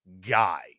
guy